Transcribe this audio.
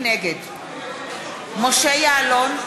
נגד משה יעלון,